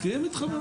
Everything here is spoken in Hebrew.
אני מסכים איתך.